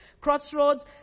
Crossroads